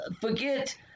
forget